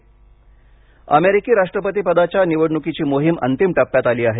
America अमेरिकी राष्ट्रपती पदाच्या निवडणुकीची मोहीम अंतिम टप्प्यात आली आहे